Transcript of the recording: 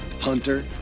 hunter